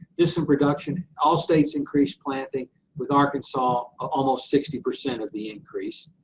this in production, all states increased planting with arkansas, almost sixty percent of the increase.